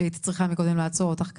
שהייתי צריכה מקודם לעצור אותך ככה.